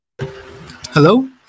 Hello